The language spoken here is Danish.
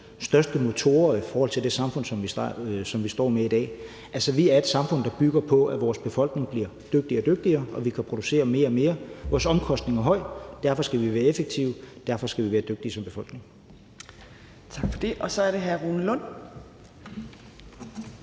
største motorer i forhold til det samfund, som vi står med i dag. Vi er et samfund, der bygger på, at vores befolkning bliver dygtigere og dygtigere, og at vi kan producere mere og mere. Vores omkostninger er høje, og derfor skal vi være effektive, derfor skal vi være dygtige som befolkning. Kl. 10:59 Fjerde næstformand